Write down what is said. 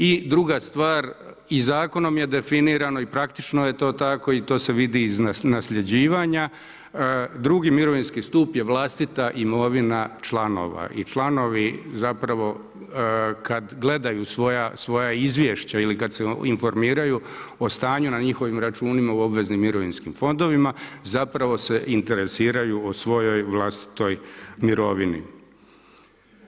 I druga stvar i zakonom je definirano i praktično je to tako i to se vidi iz nasljeđivanja, drugi mirovinski stup je vlastita imovina članova i članovi kada gledaju svoja izvješća ili kada se informiraju o stanju na njihovim računima o obveznim mirovinskim fondovima zapravo se interesiraju o svojoj vlastitoj imovini.